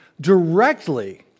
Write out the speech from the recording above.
directly